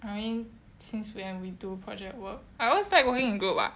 I mean since when we do project work I always like working group what